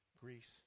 Greece